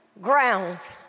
grounds